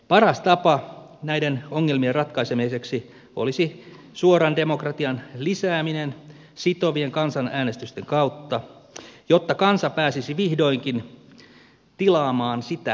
paras tapa näiden ongelmien ratkaisemiseksi olisi suoran demokratian lisääminen sitovien kansanäänestysten kautta jotta kansa pääsisi vihdoinkin tilaamaan sitä mitä saa